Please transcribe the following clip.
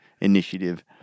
initiative